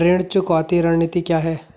ऋण चुकौती रणनीति क्या है?